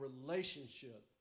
relationship